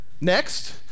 Next